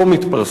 עורר.